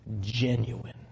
genuine